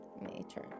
nature